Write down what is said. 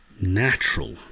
Natural